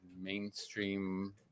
mainstream